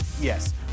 yes